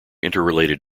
interrelated